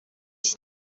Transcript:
iki